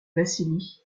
vassili